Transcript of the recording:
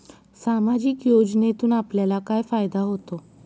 सामाजिक योजनेतून आपल्याला काय फायदा होतो?